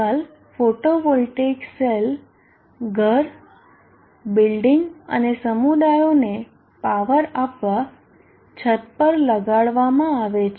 આજકાલ photovoltaic cell ઘર building અને સમુદાયોને પાવર આપવા છત પર લગાડવામાં આવે છે